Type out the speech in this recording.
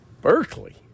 Berkeley